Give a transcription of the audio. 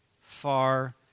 far